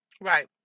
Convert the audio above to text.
Right